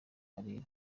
karere